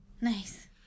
Nice